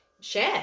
share